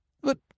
But